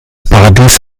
paradies